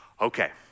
Okay